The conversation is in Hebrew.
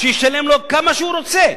שישלם לו כמה שהוא רוצה,